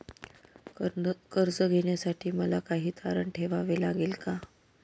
कर्ज घेण्यासाठी मला काही तारण ठेवावे लागेल का?